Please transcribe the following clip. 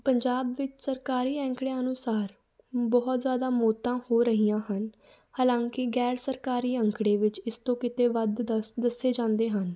ਪੰਜਾਬ ਵਿੱਚ ਸਰਕਾਰੀ ਅੰਕੜਿਆਂ ਅਨੁਸਾਰ ਬਹੁਤ ਜ਼ਿਆਦਾ ਮੌਤਾਂ ਹੋ ਰਹੀਆਂ ਹਨ ਹਾਲਾਂਕਿ ਗੈਰ ਸਰਕਾਰੀ ਅੰਕੜੇ ਵਿੱਚ ਇਸ ਤੋਂ ਕਿਤੇ ਵੱਧ ਦੱਸ ਦੱਸੇ ਜਾਂਦੇ ਹਨ